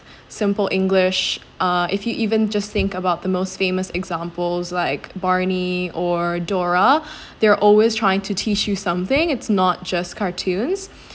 simple english uh if you even just think about the most famous examples like barney or dora they're always trying to teach you something it's not just cartoons